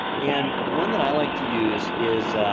and one that i like to use is,